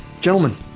gentlemen